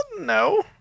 no